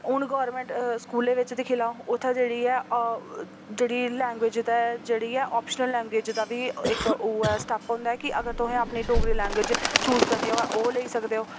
हून गौरमेंट स्कूलें बिच दिक्खी लैओ उ'त्थें जेह्ड़ी ऐ जेह्ड़ी लैंग्वेज़ ते जेह्ड़ी ऐ ऑप्शनल लैंग्वेज़ दा बी इक ओह् ऐ स्टैप होंदा ऐ कि अगर तोहें अपनी डोगरी लैंग्वेज़ चूज़ करनी होऐ ओह् लेई सकदे ओ